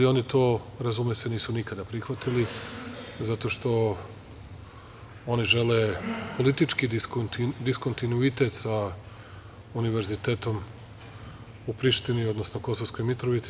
Oni to, razume se, nisu nikada prihvatili zato što oni žele politički diskontinuitet sa univerzitetom u Prištini, odnosno Kosovskoj Mitrovici.